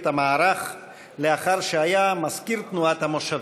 המערך לאחר שהיה מזכיר תנועת המושבים.